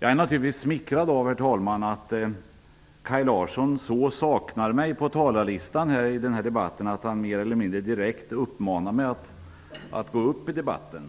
Jag är naturligtvis smickrad av att Kaj Larsson saknar mig så på talarlistan för denna debatt att han mer eller mindre direkt uppmanar mig att gå upp i debatten.